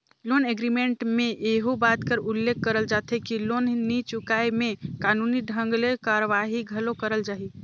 loan agreement में एहू बात कर उल्लेख करल जाथे कि लोन नी चुकाय में कानूनी ढंग ले कारवाही घलो करल जाही